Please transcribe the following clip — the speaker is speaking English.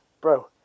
bro